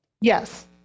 Yes